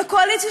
בקואליציה,